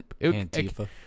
Antifa